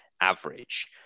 average